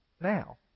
now